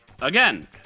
again